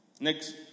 Next